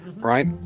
Right